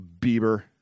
Bieber